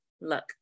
Look